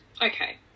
Okay